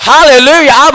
Hallelujah